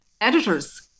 editors